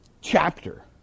chapter